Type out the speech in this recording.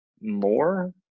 more